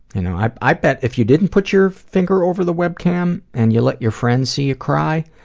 you know, i i bet if you didn't put your finger over the webcam, and you let your friend see you cry,